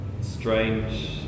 strange